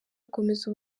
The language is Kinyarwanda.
akomeza